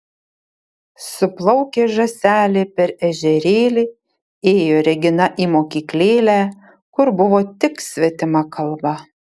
su plaukė žąselė per ežerėlį ėjo regina į mokyklėlę kur buvo tik svetima kalba